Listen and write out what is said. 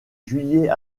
juillet